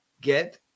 Get